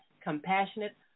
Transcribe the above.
compassionate